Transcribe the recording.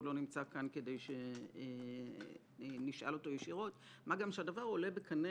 הוא לא נמצא כאן כדי שנשאל אותו ישירות עולה בקנה